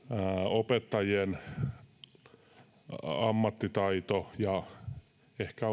opettajien ammattitaito ja ehkä